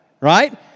right